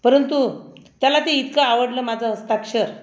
परंतु त्याला ते इतकं आवडलं माझं हस्ताक्षर